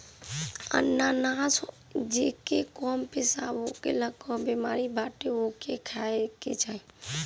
अनानास जेके कम पेशाब होखला कअ बेमारी बाटे ओके खाए के चाही